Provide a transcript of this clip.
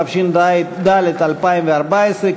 התשע"ד 2014,